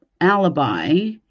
alibi